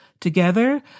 Together